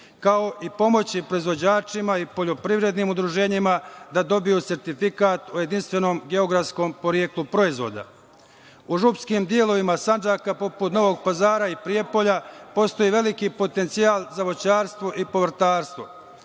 kao i pomoći proizvođačima i poljoprivrednim udruženjima da dobiju sertifikat o jedinstvenom geografskom poreklu proizvoda.U Župskim delovima Sandžaka kod Novog Pazara i Prijepolja postoji veliki potencijal za voćarstvo i povrtarstvo.